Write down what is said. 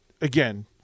again